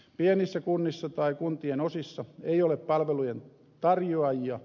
pienissä kunnissa tai kuntien osissa ei ole palvelujen tarjoajia